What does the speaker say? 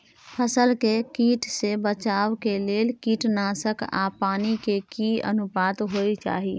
फसल के कीट से बचाव के लेल कीटनासक आ पानी के की अनुपात होय चाही?